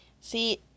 See